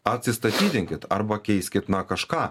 atsistatydinkit arba keiskit na kažką